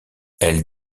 elle